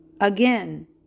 Again